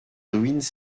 ruines